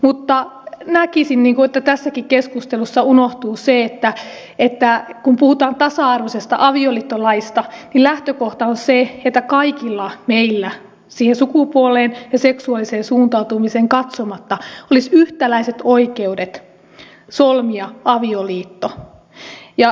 mutta näkisin vaikka se tässäkin keskustelussa unohtuu että kun puhutaan tasa arvoisesta avioliittolaista niin lähtökohta on se että kaikilla meillä siihen sukupuoleen ja seksuaaliseen suuntaantumiseen katsomatta olisi yhtäläiset oikeudet solmia avioliitto